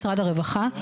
משרד הרווחה,